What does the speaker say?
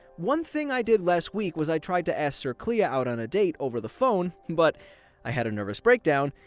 one thing i did last week was i tried to ask circlia out on a date over the phone, but i had a nervous breakdown,